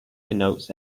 denotes